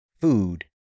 food